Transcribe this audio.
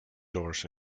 doors